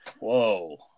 Whoa